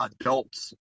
adults